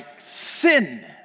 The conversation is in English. sin